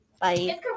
bye